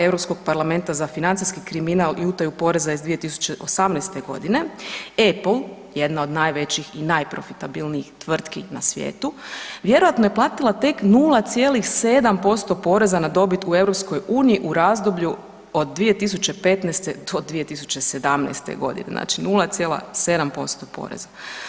Europskog parlamenta za financijski kriminal i utaju poreza iz 2018. g., Apple, jedna od najvećih i najprofitabilnijih tvrtki na svijetu, vjerojatno je platila tek 0,7% poreza na dobit u EU u razdoblju od 2015. do 2017. g. znači 0,7% poreza.